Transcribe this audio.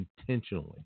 intentionally